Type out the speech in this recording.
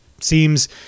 Seems